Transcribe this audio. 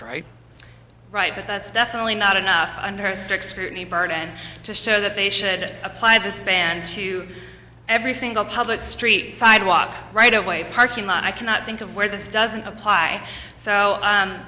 right right that that's definitely not enough and her strict scrutiny burden to say that they should apply this ban to every single public street sidewalk right away parking lot i cannot think of where this doesn't apply so